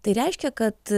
tai reiškia kad